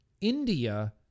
India